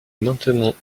maintenons